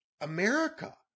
America